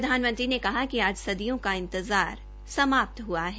प्रधानमंत्री ने कहा कि आज सदियों का इंतजार समाप्त हुआ है